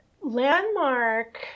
landmark